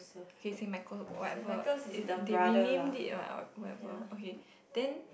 K Saint-Michael whatever they they renamed it what whatever okay then